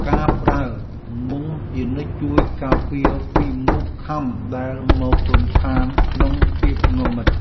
ការប្រើមុងជានិច្ច ជួយការពារពីមូសខាំដែលមករំខានក្នុងភាពងងឹត។